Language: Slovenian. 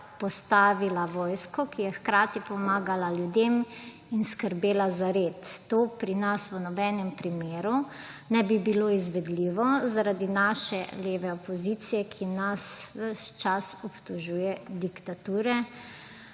postavila vojsko, ki je hkrati pomagala ljudem in skrbela za red. To pri nas v nobenem primeru ne bi bilo izvedljivo zaradi naše leve opozicije, ki nas ves čas obtožuje diktature.